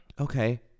Okay